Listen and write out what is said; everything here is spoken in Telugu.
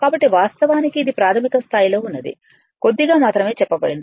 కాబట్టి వాస్తవానికి ఇది ప్రాథమిక స్థాయిలో ఉన్నది కొద్దిగా మాత్రమే చెప్పబడింది